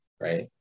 right